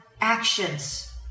actions